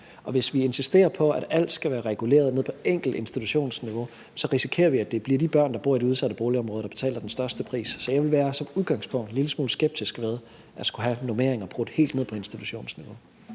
og hvis vi insisterer på, at alt skal være reguleret ned på den enkelte institutions niveau, risikerer vi, at det bliver de børn, der bor i de udsatte boligområder, der betaler den største pris. Så jeg vil som udgangspunkt være en lille smule skeptisk ved at skulle have normeringer brudt helt ned på institutionsniveau.